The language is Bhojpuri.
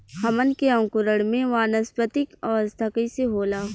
हमन के अंकुरण में वानस्पतिक अवस्था कइसे होला?